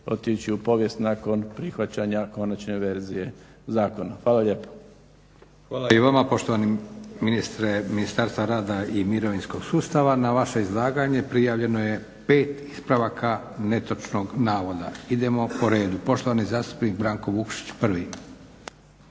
otići u povijest nakon prihvaćanja konačne verzije zakona. Hvala lijepa. **Leko, Josip (SDP)** Hvala i vama poštovani ministre Ministarstva rada i mirovinskog sustava. Na vaše izlaganje prijavljeno je 5 ispravaka netočnog navoda. Idemo po redu. Poštovani zastupnik Branko Vukšić prvi.